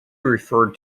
referred